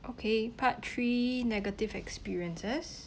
okay part three negative experiences